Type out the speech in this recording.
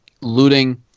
looting